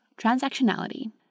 Transactionality